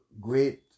great